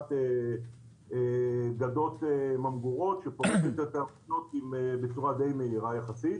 חברת גדות ממגורות שפורקת את האוניות בצורה די מהירה יחסית.